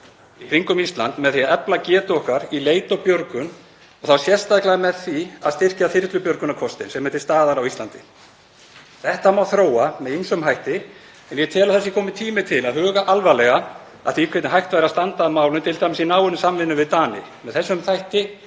í kringum Ísland með því að efla getu okkar í leit og björgun og þá sérstaklega með því að styrkja þyrlubjörgunarkostinn, sem er til staðar á Íslandi. Þetta má þróa með ýmsum hætti en ég tel að það sé kominn tími til að huga alvarlega að því hvernig hægt væri að standa að málum, t.d. í náinni samvinnu við Dani.